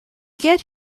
get